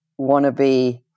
wannabe